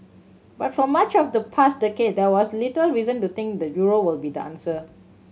but for much of the past decade there was little reason to think the euro would be the answer